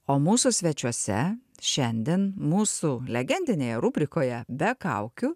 o mūsų svečiuose šiandien mūsų legendinėje rubrikoje be kaukių